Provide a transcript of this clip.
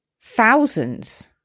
thousands